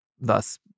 thus